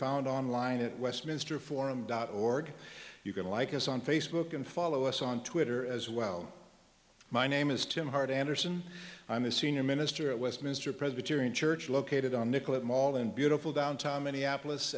found online at westminster forum dot org you can like us on facebook and follow us on twitter as well my name is tim hart anderson i'm a senior minister at westminster presbyterian church located on nicollet mall in beautiful downtown minneapolis